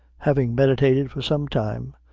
having meditated for some time,